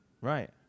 right